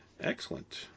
Excellent